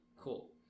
Cool